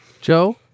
Joe